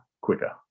quicker